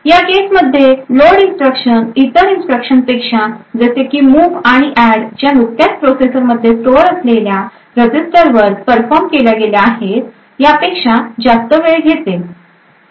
या केस मध्ये load instruction इतर इन्स्ट्रक्शन पेक्षा जसे की मुव आणि ऍड ज्या नुकत्याच प्रोसेसर मध्ये स्टोअर असलेल्या रजिस्टरवर परफॉर्म केल्या गेल्या आहेत यापेक्षा जास्त वेळ घेते